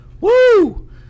Woo